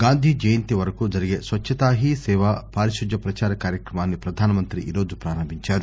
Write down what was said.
గాంధీ జయంతి వరకు జరిగే స్వచ్చతా హీ సేవా పారిశుధ్య ప్రదార కార్యక్రమాన్ని ప్రధాన మంత్రి ఈ రోజు ప్రారంభించారు